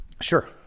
Sure